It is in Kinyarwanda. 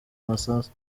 masasu